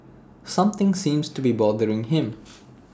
something seems to be bothering him